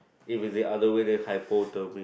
if it's the other way then hypothermia